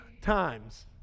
times